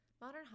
Modern